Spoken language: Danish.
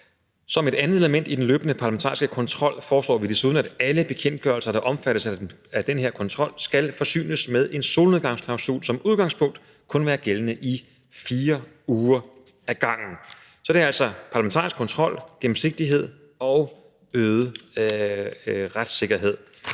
Som et andet element i den løbende parlamentariske kontrol foreslår vi desuden, at alle bekendtgørelser, der omfattes af den her kontrol, skal forsynes med en solnedgangsklausul og som udgangspunkt kun være gældende i 4 uger ad gangen. Så der er altså parlamentarisk kontrol, gennemsigtighed og øget retssikkerhed.